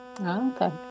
Okay